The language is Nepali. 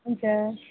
हुन्छ